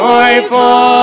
Joyful